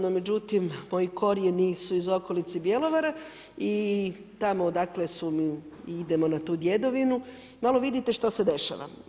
No, međutim, moji korijeni su iz okolice Bjelovara i tamo odakle su mi i idemo na tu djedovinu, malo vidite što se dešava.